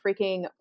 freaking